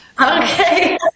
okay